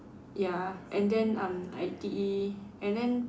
ya and then um I_T_E and then